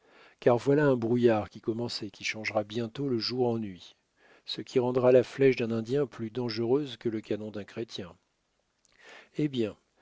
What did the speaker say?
car voilà un brouillard qui commence et qui changera bientôt le jour en nuit ce qui rendra la flèche d'un indien plus dangereuse que le canon d'un chrétien eh bien